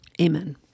Amen